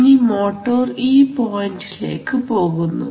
ഇനി മോട്ടോർ ഈ പോയിന്റിലേക്ക് പോകുന്നു